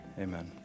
amen